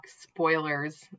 spoilers